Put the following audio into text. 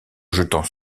jetant